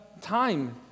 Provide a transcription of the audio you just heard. time